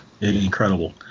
incredible